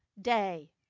Day